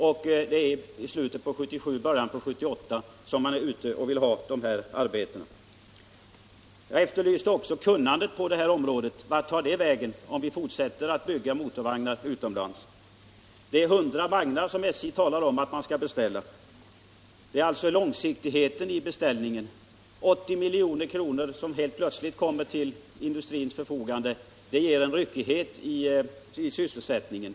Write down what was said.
Och det är just i slutet av 1977 och början på 1978 som man vill ha de här arbetena. Jag efterlyste också kunnandet på detta område. Vart tar det vägen om vi fortsätter med att låta bygga motorvagnar utomlands? En beställning på 80 milj.kr. som helt plötsligt tillförs industrin ger ryckighet i sysselsättningen.